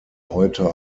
heute